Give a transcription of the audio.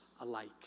alike